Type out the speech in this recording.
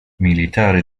militare